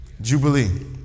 Jubilee